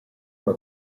una